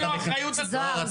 זהר,